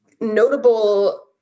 notable